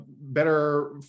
better